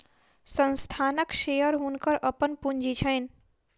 संस्थानक शेयर हुनकर अपन पूंजी छैन